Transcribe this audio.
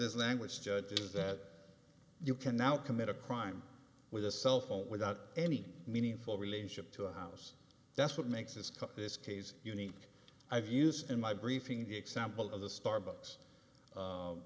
language judge is that you can now commit a crime with a cell phone without any meaningful relationship to a house that's what makes his cut this case unique i've used in my briefing example of the starbucks